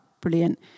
Brilliant